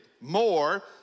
More